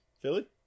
Philly